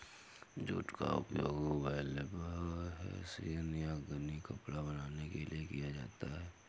jute का उपयोग burlap hessian या गनी कपड़ा बनाने के लिए किया जाता है